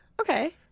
okay